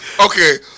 Okay